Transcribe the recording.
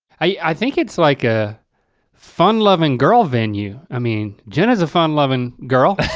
i think it's like a fun loving girl venue. i mean, jenna has a fun loving girl.